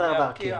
ישראייר וארקיע?